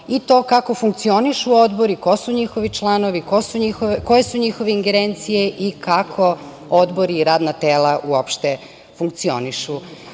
i to kako funkcionišu odbori, ko su njihovi članovi, koje su njihove ingerencije i kako odbori i radna tela uopšte funkcionišu. Kao